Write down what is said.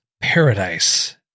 Paradise